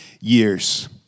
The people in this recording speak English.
years